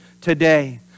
today